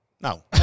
No